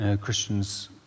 Christians